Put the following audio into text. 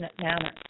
manner